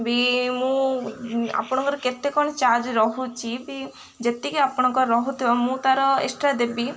ବି ମୁଁ ଆପଣଙ୍କର କେତେ କ'ଣ ଚାର୍ଜ ରହୁଛି ବି ଯେତିକି ଆପଣଙ୍କର ରହୁଥିବ ମୁଁ ତା'ର ଏକ୍ସଟ୍ରା ଦେବି